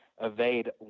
evade